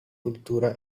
cultura